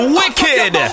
wicked